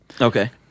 okay